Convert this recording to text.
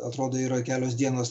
atrodo yra kelios dienos